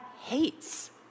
hates